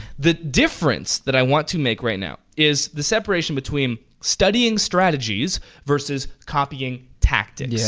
the difference that i want to make right now is the separation between studying strategies versus copying tactics. yeah.